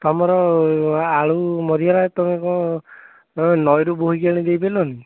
ତୁମର ଆଳୁ ମରିଗଲା ତୁମେ କ'ଣ ନଈରୁ ବୋହିକି ଆଣି ଦେଇଥିଲ କି